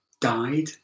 died